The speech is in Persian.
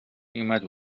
میومد